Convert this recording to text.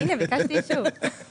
הינה, ביקשתי אישור.